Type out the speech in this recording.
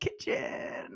kitchen